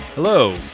Hello